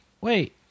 wait